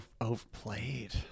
overplayed